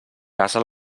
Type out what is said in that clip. casa